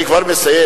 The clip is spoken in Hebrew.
אני כבר מסיים,